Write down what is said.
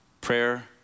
Prayer